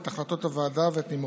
את החלטות הוועדה ואת נימוקיה.